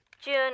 June